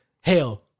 hell